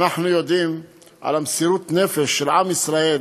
אנחנו יודעים על מסירות נפש של עם ישראל